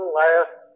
last